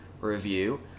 review